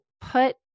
put